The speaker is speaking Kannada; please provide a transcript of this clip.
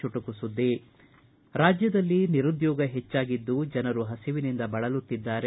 ಚುಟುಕು ಸುದ್ದಿ ರಾಜ್ಯದಲ್ಲಿ ನಿರುದ್ಯೋಗ ಹೆಚ್ಚಾಗಿದ್ದು ಜನರು ಹಸಿವಿನಿಂದ ಬಳಲುತ್ತಿದ್ದಾರೆ